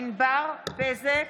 ענבר בזק,